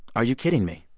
are you kidding me?